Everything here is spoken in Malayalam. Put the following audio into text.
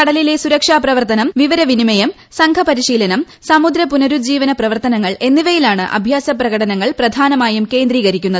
കടലിലെ സുരക്ഷാ പ്രവർത്തനം വിവര വിനിമയം സംഘ പരിശീലനം സമുദ്ര പുനരു ജീവന പ്രവർത്തനങ്ങൾ എന്നിവയിലാണ് അഭ്യാസ പ്രകടനങ്ങൾ പ്രധാനമായും കേന്ദ്രകരിക്കുന്നത്